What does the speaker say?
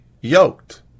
yoked